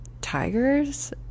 tigers